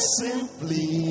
simply